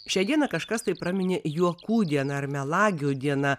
šią dieną kažkas tai praminė juokų diena ar melagių diena